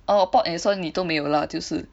oh pot and soil 你都没有 lah 就是